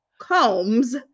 combs